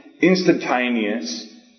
instantaneous